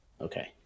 Okay